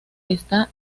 está